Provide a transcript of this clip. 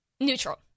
Neutral